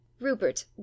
Rupert